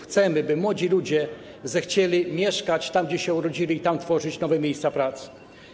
Chcemy, by młodzi ludzie zechcieli mieszkać tam, gdzie się urodzili, i tam tworzyć nowe miejsca pracy.